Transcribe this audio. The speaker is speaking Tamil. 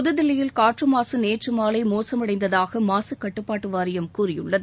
புதுதில்லியில் காற்று மாசு நேற்று மாலை மோசமடைந்ததாக மாசுக்கட்டுப்பாட்டு வாரியம் கூறியுள்ளது